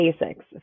basics